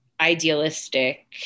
idealistic